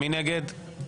מי נגד?